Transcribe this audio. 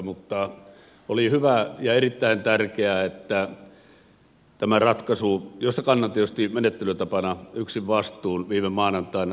mutta oli hyvä ja erittäin tärkeää että tämä ratkaisu josta kannan tietysti menettelytavan osalta yksin vastuun viime maanantaina tapahtui